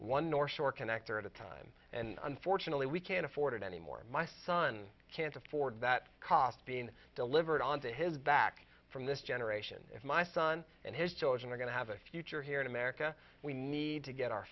one north shore connector at a time and unfortunately we can't afford it anymore my son can't afford that cost being delivered on to his back from this generation if my son and his children are going to have a future here in america we need to get our